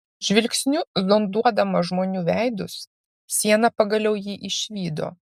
žvilgsniu zonduodama žmonių veidus siena pagaliau jį išvydo